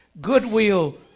Goodwill